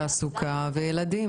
תעסוקה וילדים.